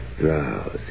Drowsy